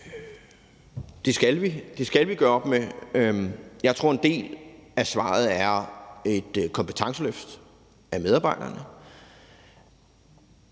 Det skal vi gøre op med. Jeg tror, en del af svaret er et kompetenceløft af medarbejderne.